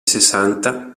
sessanta